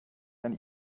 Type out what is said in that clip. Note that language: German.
eine